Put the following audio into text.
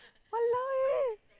!walao! eh